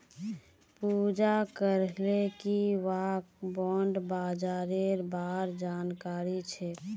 पूजा कहले कि वहाक बॉण्ड बाजारेर बार जानकारी छेक